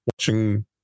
watching